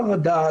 חרדה,